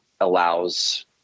allows